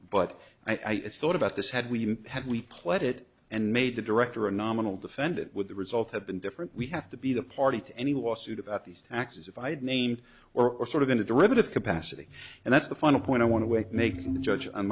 but i thought about this had we had we played it and made the director a nominal defendant with the result have been different we have to be the party to any lawsuit about these taxes if i had named or or sort of in a derivative capacity and that's the final point i want to make making the judge on